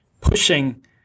pushing